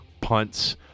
punts